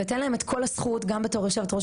ואתן להם את כל הזכות גם בתור יושבת-ראש